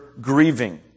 grieving